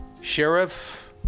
Sheriff